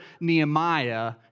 Nehemiah